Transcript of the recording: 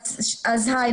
הי,